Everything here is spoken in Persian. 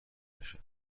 نشه